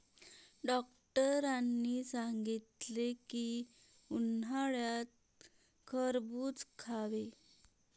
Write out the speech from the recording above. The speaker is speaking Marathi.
डॉक्टरांनी सांगितले की, उन्हाळ्यात खरबूज खावे